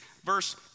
verse